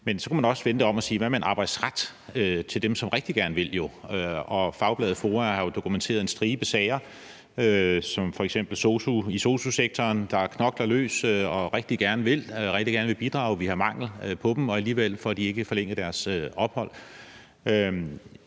Men så kunne man også vende det om og sige: Hvad med en arbejdsret til dem, som rigtig gerne vil? Fagbladet FOA har jo dokumenteret en stribe sager, f.eks. i sosu-sektoren, hvor man knokler løs og rigtig gerne vil bidrage. Vi har mangel på dem, og alligevel får de ikke forlænget deres ophold.